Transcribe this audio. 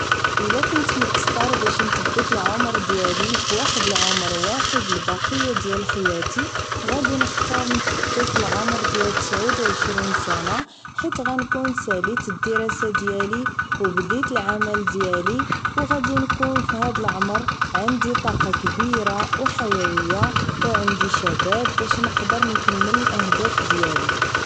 الا كنت مضطر باش نتبت العمر ديالي بواحد العمر واحد لبقية حياتي غادي نختار نتبتو فعمر ديال تسعود و عشرين سنة حيت غنكون ساليت الدراسة ديالي و بديت العمل ديالي و غادي نكون فهاد العمر عندي طاقة كبيرة و حيوية و عندي شباب باش نقدر نكمل الاهداف ديالي